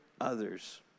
others